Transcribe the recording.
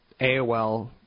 AOL